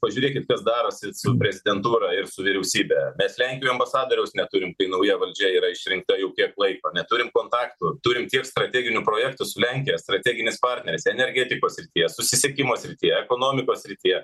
pažiūrėkit kas darosi su prezidentūra ir su vyriausybe mes lenkijoj ambasadoriaus neturim kai nauja valdžia yra išrinkta jau kiek laiko neturim kontaktų turim tiek strateginių projektų su lenkija strateginis partneris energetikos srityje susisiekimo srityje ekonomikos srityje